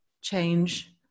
change